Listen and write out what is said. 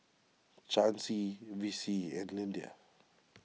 Chancey Vicie and Lyndia